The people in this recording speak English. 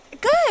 Good